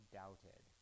doubted